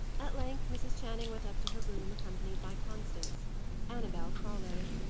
at length mrs. channing went up to her room, accompanied by constance annabel followed.